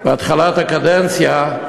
בהתחלת הקדנציה,